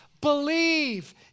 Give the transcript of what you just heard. Believe